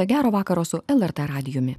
gero vakaro su lrt radijumi